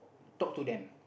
talk to them